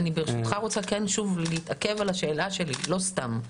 ברשותך, אתעכב על השאלה שלי, לא סתם.